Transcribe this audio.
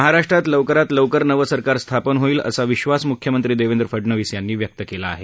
महाराष्ट्रात लवकरात लवकर नवं सरकार स्थापन होईल असा विश्वास म्ख्यमंत्री देवेंद्र फडनवीस यांनी व्यक्त केला आहे